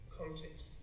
context